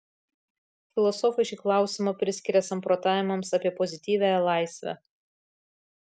filosofai šį klausimą priskiria samprotavimams apie pozityviąją laisvę